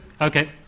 Okay